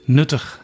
nuttig